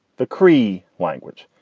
the cree language.